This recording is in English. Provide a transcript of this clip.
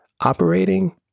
operating